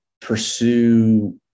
pursue